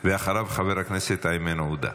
אחריו, חבר הכנסת איימן עודה.